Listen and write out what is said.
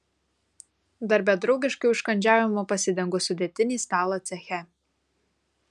darbe draugiškai užkandžiaujama pasidengus sudėtinį stalą ceche